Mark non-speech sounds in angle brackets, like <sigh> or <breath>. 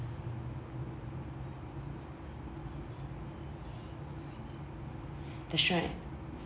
<breath> that's right